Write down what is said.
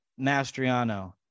Mastriano